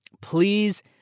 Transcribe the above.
please